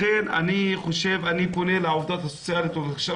לכן אני פונה לעובדות הסוציאליות ועכשיו